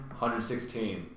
116